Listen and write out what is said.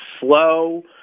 slow